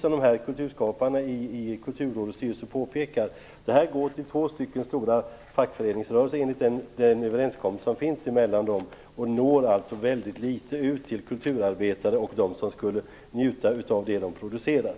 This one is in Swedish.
som kulturskaparna i Kulturrådets styrelse påpekar, dessa medel går till två stora fackföreningsrörelser enligt en överenskommelse mellan dem. De når i mycket liten utsträckning ut till kulturarbetare och andra som skulle njuta av det som de producerar.